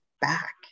back